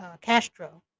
Castro